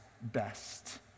best